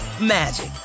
magic